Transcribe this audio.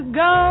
go